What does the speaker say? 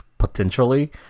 Potentially